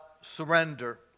surrender